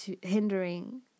hindering